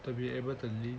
to be able to live